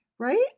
Right